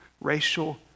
racial